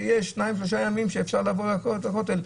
כשיש שניים-שלושה ימים שאפשר לבוא בכותל,